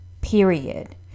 period